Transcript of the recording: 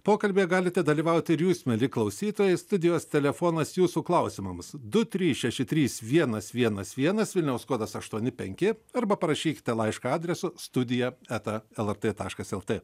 pokalbyje galite dalyvauti ir jūs mieli klausytojai studijos telefonas jūsų klausimams du trys šeši trys vienas vienas vienas vilniaus kodas aštuoni penki arba parašykite laišką adresu studija eta lrt taškas lt